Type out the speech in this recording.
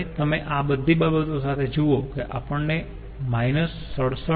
હવે તમે આ બધી બાબતો સાથે જુઓ કે આપણને 67